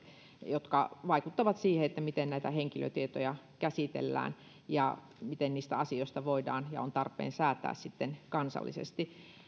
jotka vaikuttavat siihen miten näitä henkilötietoja käsitellään ja miten niistä asioista voidaan ja on tarpeen säätää sitten kansallisesti